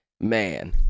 man